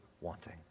wanting